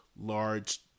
large